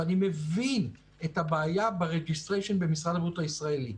ואני מבין את הבעיה ב- registrationבמשרד הבריאות הישראלי.